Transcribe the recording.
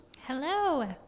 Hello